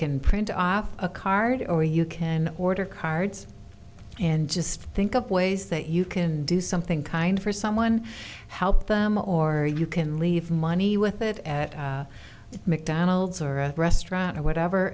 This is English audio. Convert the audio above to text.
can print off a card or you can order cards and just think up ways that you can do something kind for someone help them or you can leave money with it at mcdonald's or a restaurant or whatever